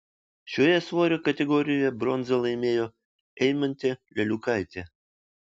šioje svorio kategorijoje bronzą laimėjo eimantė leliukaitė